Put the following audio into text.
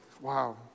Wow